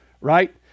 right